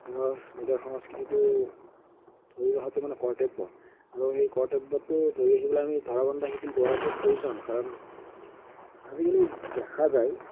নিজৰ নিজৰ সংস্কৃতিটো ধৰি ৰখাটো মানে কৰ্তব্য আৰু সেই কৰ্তব্যটো ধৰি ৰাখিবলৈ আমি ধৰাবন্ধা শিথল কৰাটো প্ৰয়োজন কাৰণ আজিকালি দেখা যায়